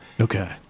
Okay